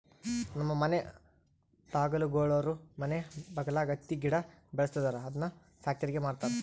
ನಮ್ಮ ಮನೆ ಬಗಲಾಗುಳೋರು ಮನೆ ಬಗಲಾಗ ಹತ್ತಿ ಗಿಡ ಬೆಳುಸ್ತದರ ಅದುನ್ನ ಪ್ಯಾಕ್ಟರಿಗೆ ಮಾರ್ತಾರ